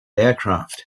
aircraft